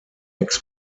makes